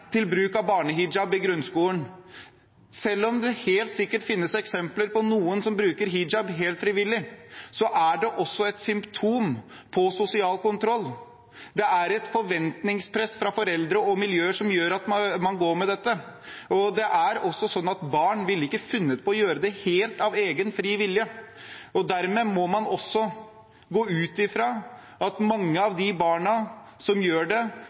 til forbud mot bruk av barnehijab i grunnskolen. Selv om det helt sikkert finnes eksempler på noen som bruker hijab helt frivillig, er det også et symptom på sosial kontroll. Det er et forventningspress fra foreldre og miljøer som gjør at man går med dette. Det er også sånn at barn ikke ville funnet på å gjøre det helt av egen fri vilje. Mange av de barna skiller seg ut på en ufordelaktig måte på skolen, de blir kanskje holdt utenfor eller føler seg utenfor, og det